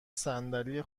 صندلی